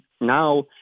now